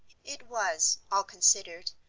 it was, all considered,